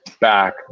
back